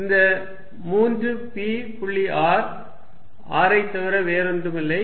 இது 3 p புள்ளி r r ஐத் தவிர வேறொன்றுமில்லை